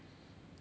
ya